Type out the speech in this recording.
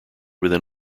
within